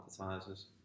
advertisers